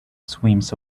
swims